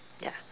ya